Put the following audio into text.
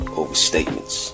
overstatements